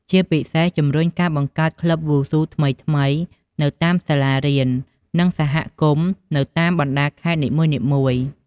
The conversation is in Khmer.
ជាពិសេសជំរុញការបង្កើតក្លឹបវ៉ូស៊ូថ្មីៗនៅតាមសាលារៀន និងសហគមន៍នៅតាមបណ្តាខេត្តនីមួយៗ។